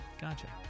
gotcha